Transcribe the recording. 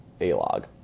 A-log